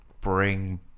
bring